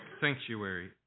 Sanctuary